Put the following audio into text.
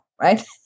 right